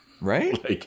right